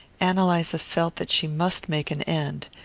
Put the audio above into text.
ann eliza felt that she must make an end.